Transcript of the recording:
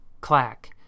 clack